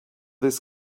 this